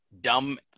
dumb